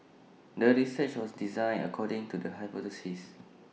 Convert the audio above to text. the research was designed according to the hypothesis